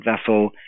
vessel